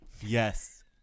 yes